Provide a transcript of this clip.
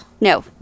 No